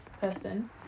person